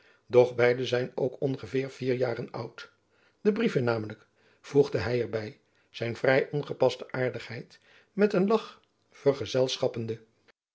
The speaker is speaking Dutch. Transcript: doch beide zijn ook ongeveer vier jaren oud de brieven namelijk voegde hy er by zijn vrij ongepaste aardigheid met een lach vergezelschappende